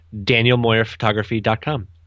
DanielMoyerPhotography.com